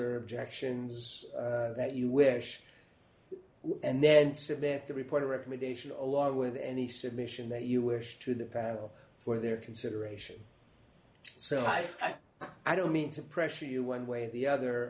or objections that you wish and then submit the report or recommendation along with any submission that you wish to the panel for their consideration so i i don't mean to pressure you one way or the other